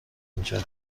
اینجا